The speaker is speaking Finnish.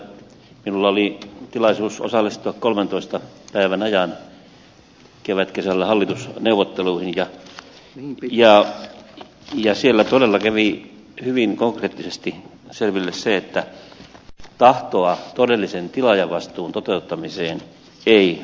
minulla oli tilaisuus osallistua kolmentoista päivän ajan kevätkesällä hallitusneuvotteluihin ja siellä todella kävi hyvin konkreettisesti selville se että tahtoa todellisen tilaajavastuun toteuttamiseen ei löytynyt